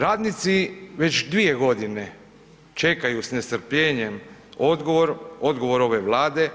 Radnici već 2.g. čekaju s nestrpljenjem odgovor, odgovor ove Vlade